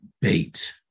bait